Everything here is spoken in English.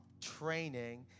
training